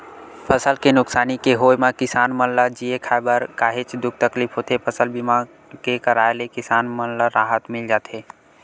फसल के नुकसानी के होय म किसान मन ल जीए खांए बर काहेच दुख तकलीफ होथे फसल बीमा के कराय ले किसान मन ल राहत मिल जाथे